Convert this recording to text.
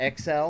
XL